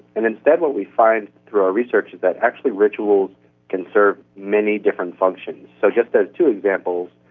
and instead what we find through our research is that actually rituals can serve many different functions. so just as two examples,